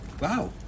wow